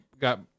got